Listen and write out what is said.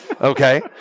Okay